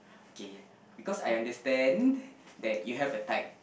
K because I understand that you have a type